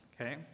okay